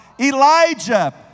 Elijah